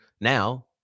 Now